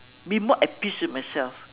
be more at peace with myself